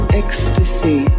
ecstasy